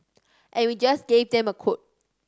and we just gave them a quote